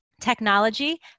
technology